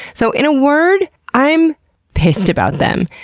so, in a word, i'm pissed about them.